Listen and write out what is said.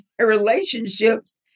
relationships